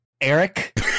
Eric